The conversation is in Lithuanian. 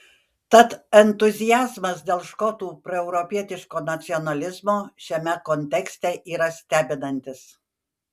tad entuziazmas dėl škotų proeuropietiško nacionalizmo šiame kontekste yra stebinantis